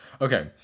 Okay